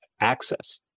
access